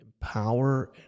power